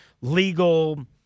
legal